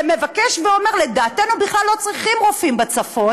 ומבקש ואומר: לדעתנו בכלל לא צריכים רופאים בצפון.